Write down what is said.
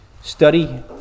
Study